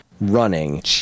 running